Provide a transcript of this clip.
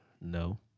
No